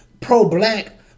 pro-black